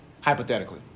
hypothetically